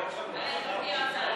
פה.